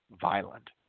violent